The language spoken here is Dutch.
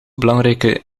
belangrijke